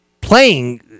playing